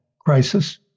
crisis